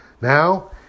Now